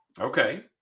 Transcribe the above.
Okay